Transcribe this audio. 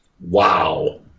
Wow